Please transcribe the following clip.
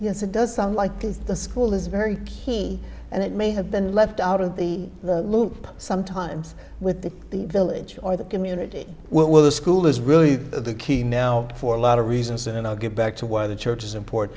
yes it does sound like the school is very and it may have been left out of the loop sometimes with the village or the community well the school is really the key now for a lot of reasons and i'll get back to why the church is important